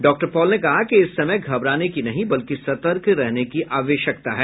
doctor Paul ने कहा कि इस समय घबराने की नहीं बल्कि सतर्क रहने की आवश्यकता है